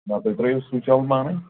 نا تُہۍ ترٛٲوِو سُچ یَلہٕ پانَے